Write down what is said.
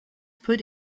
put